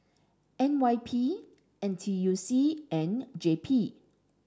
N Y P N T U C and J P